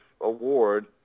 award